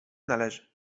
należy